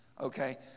Okay